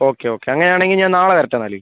okay okay അങ്ങനെ ആണെങ്കിൽ ഞാൻ നാളെ വരട്ടെ എന്നാൽ